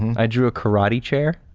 i drew a karate chair